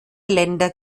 länder